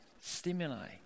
stimuli